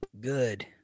Good